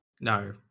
No